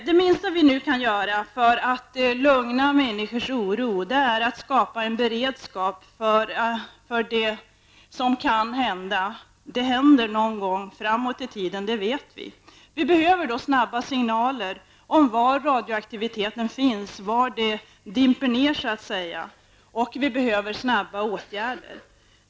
Det minsta som vi nu kan göra för att minska människornas oro är att skapa en beredskap för det som kan hända. Det händer någon gång i framtiden, det vet vi. Vi behöver snabba signaler om var radioaktiviteten finns, var den så att säga dimper ned. Dessutom behövs det snara åtgärder.